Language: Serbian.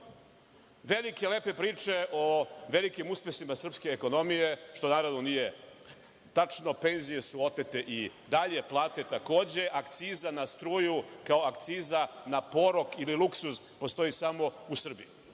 Velike lepe priče o velikim uspesima srpske ekonomije, što naravno nije tačno, penzije su otete i dalje, plate takođe, akcize na struju kao akciza na porok ili luksuz postoji samo u Srbiji.